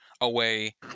away